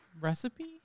recipe